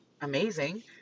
amazing